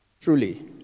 truly